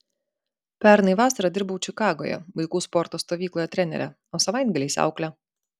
pernai vasarą dirbau čikagoje vaikų sporto stovykloje trenere o savaitgaliais aukle